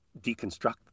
deconstruct